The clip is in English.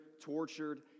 tortured